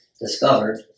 discovered